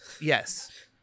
Yes